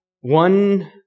One